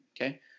okay